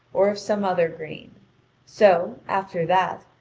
or of some other grain so, after that,